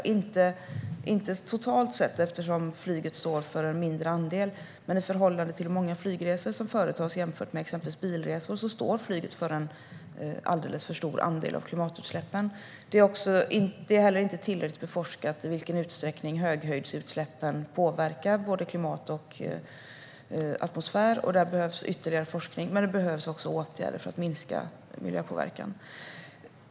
Det gäller inte totalt sett, eftersom flyget står för en mindre andel, men i förhållande till hur många flygresor som företas jämfört med exempelvis bilresor står flyget för en alldeles för stor andel av klimatutsläppen. Det är inte heller tillräckligt beforskat i vilken utsträckning höghöjdsutsläppen påverkar både klimat och atmosfär, och där behövs ytterligare forskning. Men det behövs också åtgärder för att minska miljöpåverkan.